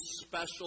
special